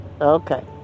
Okay